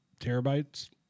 terabytes